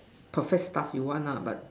perfect stuff you want lah but